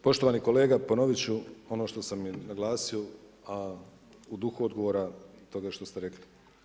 Poštovani kolega ponovit ću ono što sam i naglasio, a u duhu odgovora toga što ste rekli.